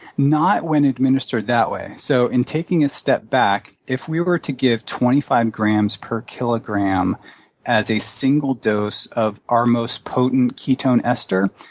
not when administered that way. so, in taking a step back, if we were to give twenty five grams per kilogram as a single dose of our most potent ketone ester,